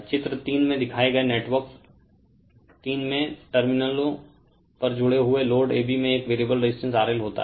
चित्र 3 में दिखाए गए नेटवर्क 3 में टर्मिनलों पर जुड़े हुए लोड AB में एक वेरिएबल रेजिस्टेंस RL होता है